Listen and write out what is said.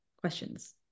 questions